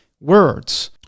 words